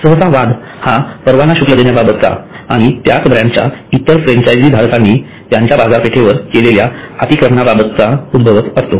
सहसा वाद हा परवाना शुल्क देण्याबाबत आणि त्याच ब्रँडच्या इतर फ्रँचायझींनी धारकांनी त्यांच्या बाजारपेठेवर केलेल्या अतिक्रमणाबाबत उद्भवत असतात